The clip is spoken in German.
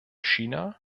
china